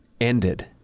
Ended